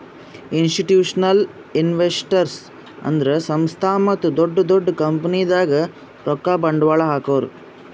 institutional investors ಅಂದ್ರ ಸಂಸ್ಥಾ ಮತ್ತ್ ದೊಡ್ಡ್ ದೊಡ್ಡ್ ಕಂಪನಿದಾಗ್ ರೊಕ್ಕ ಬಂಡ್ವಾಳ್ ಹಾಕೋರು